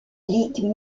ligues